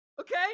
Okay